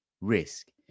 risk